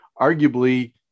arguably